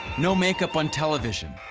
no makeup on television,